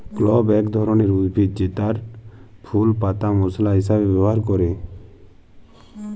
clove এক ধরলের উদ্ভিদ জেতার ফুল পাতা মশলা হিসাবে ব্যবহার ক্যরে